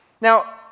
Now